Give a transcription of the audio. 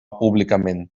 públicament